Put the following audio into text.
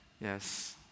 Yes